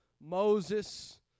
Moses